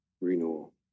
renewal